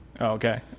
Okay